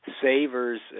savers